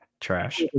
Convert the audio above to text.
Trash